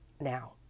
now